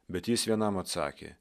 bet jis vienam atsakė